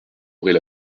aurait